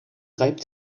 reibt